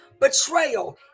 Betrayal